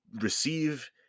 receive